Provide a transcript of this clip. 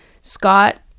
Scott